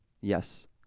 Yes